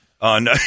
on